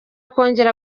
kongera